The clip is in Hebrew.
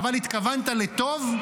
אבל התכוונת לטוב,